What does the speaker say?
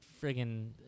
friggin